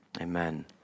Amen